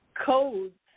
codes